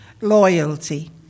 loyalty